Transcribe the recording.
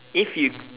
if you